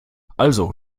also